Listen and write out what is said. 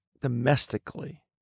domestically